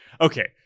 okay